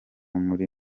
muri